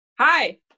Hi